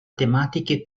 tematiche